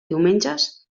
diumenges